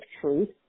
truth